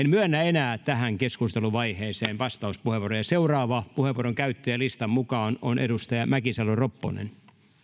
myönnä enää tähän keskustelun vaiheeseen vastauspuheenvuoroja seuraava puheenvuoron käyttäjä listan mukaan on edustaja mäkisalo ropponen